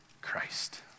Christ